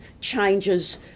changes